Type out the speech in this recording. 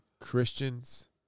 Christians